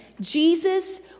Jesus